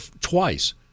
twice